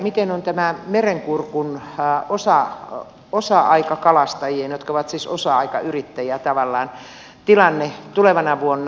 mikä on merenkurkun osa aikakalastajien jotka ovat siis osa aikayrittäjiä tavallaan tilanne tulevana vuonna